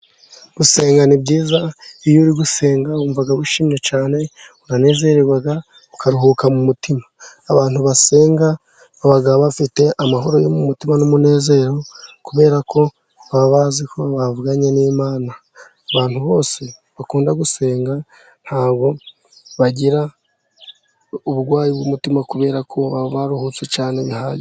Gusenga ni byiza. Iyo uri gusenga wumva wishimye cyane, uranezererwa ukaruhuka mu mutima. Abantu basenga baba bafite amahoro yo mutima n'umunezero kubera ko baba bazi ko bavuganye n'Imana. Abantu bose bakunda gusenga nta bwo bagira uburwayi bw'umutima kubera ko baba baruhutse cyane bihagije.